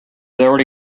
already